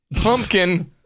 Pumpkin